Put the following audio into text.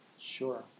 Sure